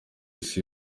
isi